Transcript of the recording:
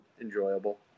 enjoyable